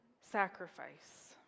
sacrifice